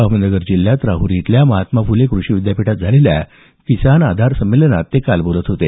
अहमदनगर जिल्ह्यात राहुरी इथल्या महात्मा फुले कृषी विद्यापीठात झालेल्या किसान आधार संमेलनात ते काल बोलत होते